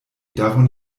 davon